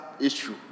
issue